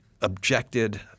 objected